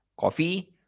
coffee